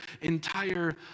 entire